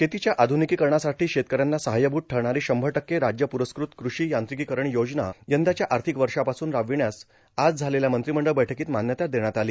शेतीच्या आध्रनिकीकरणासाठी शेतकऱ्यांना सहाय्यभूत ठरणारी शंभर टक्के राज्य पुरस्कृत कृ षी यांत्रिकीकरण योजना यंदाच्या आर्थिक वर्षापासून राबविण्यास आज झालेल्या मंत्रिमंडळ बैठकीत मान्यता देण्यात आली